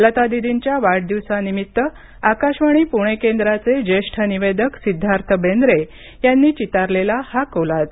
लतादीदींच्या वाढदिवसानिमित्त आकाशवाणी पुणे केंद्राचे ज्येष्ठ निवेदक सिद्धार्थ बेंद्रे यांनी चितारलेला हा कोलाज